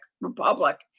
Republic